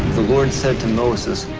the lord said to moses,